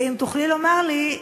ואם תוכלי לומר לי,